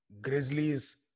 Grizzlies